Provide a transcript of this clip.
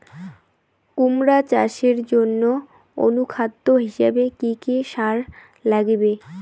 কুমড়া চাষের জইন্যে অনুখাদ্য হিসাবে কি কি সার লাগিবে?